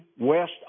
West